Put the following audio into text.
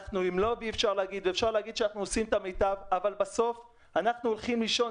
אפשר להגיד שאנחנו עושים את המיטב אבל בסוף אנחנו הולכים לישון,